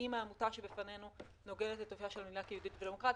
האם העמותה שבפנינו נוגדת את ערכה של מדינה כיהודית ודמוקרטית,